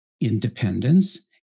independence